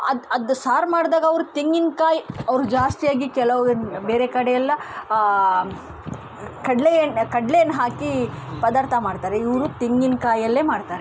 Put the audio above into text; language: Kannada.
ಅದು ಅದು ಸಾರು ಮಾಡಿದಾಗ ಅವರು ತೆಂಗಿನಕಾಯಿ ಅವರು ಜಾಸ್ತಿಯಾಗಿ ಕೆಲವರು ಬೇರೆ ಕಡೆಯೆಲ್ಲ ಕಡ್ಲೆಎಣ್ಣೆ ಕಡ್ಲೆಯನ್ನ ಹಾಕಿ ಪದಾರ್ಥ ಮಾಡ್ತಾರೆ ಇವರು ತೆಂಗಿನಕಾಯಲ್ಲೇ ಮಾಡ್ತಾರೆ